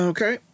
Okay